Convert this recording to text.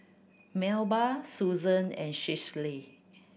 Melba Susan and Schley